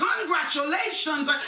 congratulations